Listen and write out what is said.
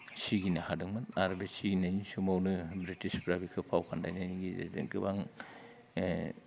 सिगिनो हादोंमोन आरो बे सिगिनायनि समावनो ब्रिटिसफोरा बिखौ फाव फान्दायनायनि गेजेरजों गोबां